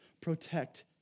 Protect